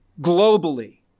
globally